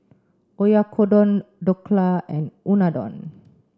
Oyakodon Dhokla and Unadon